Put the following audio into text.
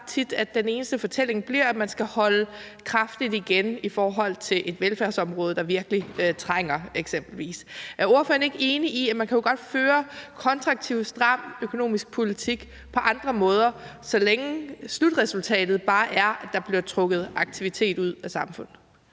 tit, at den eneste fortælling bliver, at man skal holde kraftigt igen i forhold til eksempelvis et velfærdsområde, der virkelig trænger. Er ordføreren ikke enig i, at man jo godt kan føre en kontraktiv, stram økonomisk politik på andre måder, så længe slutresultatet bare er, at der bliver trukket noget aktivitet ud af samfundet?